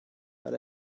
but